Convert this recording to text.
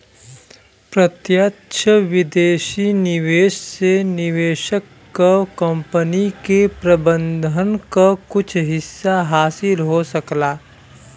प्रत्यक्ष विदेशी निवेश से निवेशक क कंपनी के प्रबंधन क कुछ हिस्सा हासिल हो सकला